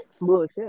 bullshit